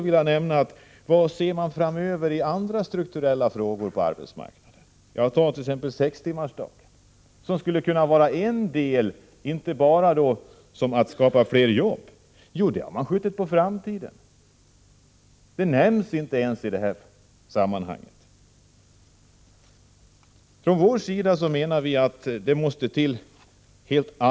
Vad ser man framöver i andra strukturella frågor på arbetsmarknaden? Tag t.ex. sextimmarsdagen, som skulle kunna bidra till att skapa fler jobb. Den frågan har man skjutit på framtiden. Den nämns inte ens i detta sammanhang. Från vår sida menar vi att helt andra åtgärder måste till.